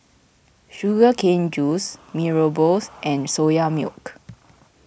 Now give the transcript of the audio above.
Sugar Cane Juice Mee Rebus and Soya Milk